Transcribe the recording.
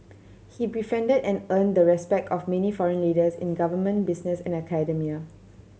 he befriended and earned the respect of many foreign leaders in government business and academia